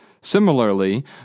Similarly